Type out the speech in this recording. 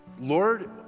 Lord